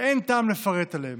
ואין טעם לפרט עליהם,